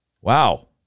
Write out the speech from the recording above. Wow